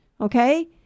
okay